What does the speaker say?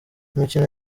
imikino